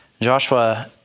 Joshua